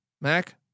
Mac